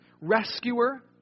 Rescuer